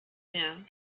mehr